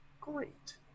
Great